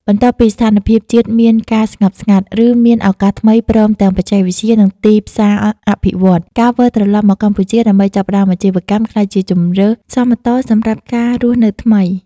បន្ទាប់ពីស្ថានភាពជាតិមានការស្ងប់ស្ងាត់ ឬមានឱកាសថ្មីព្រមទាំងបច្ចេកវិទ្យា និងទីផ្សារអភិវឌ្ឍន៍ ការវិលត្រឡប់មកកម្ពុជាដើម្បីចាប់ផ្តើមអាជីវកម្មក្លាយជាជម្រើសសូវតុល្យសម្រាប់ការរស់នៅថ្មី។